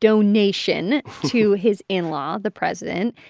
donation to his in-law the president.